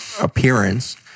appearance